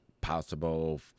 possible